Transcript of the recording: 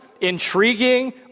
intriguing